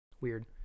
weird